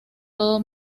todo